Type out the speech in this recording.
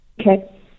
Okay